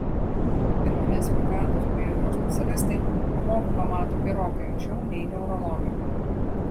pirminės sveikatos priežiūros specialistai žmogų pamato gerokai anksčiau nei neurologai